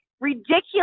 ridiculous